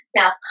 Now